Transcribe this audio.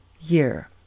year